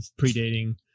predating